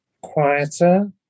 quieter